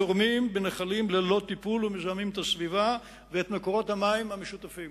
זורמים בנחלים ללא טיפול ומזהמים את הסביבה ואת מקורות המים המשותפים,